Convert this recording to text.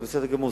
זה בסדר גמור,